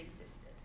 existed